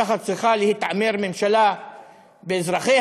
ככה צריכה להתעמר ממשלה באזרחיה?